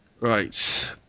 Right